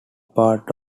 part